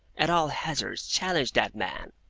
at all hazards, challenge that man!